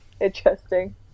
Interesting